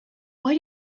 why